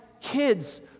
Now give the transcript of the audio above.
kids